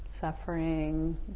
suffering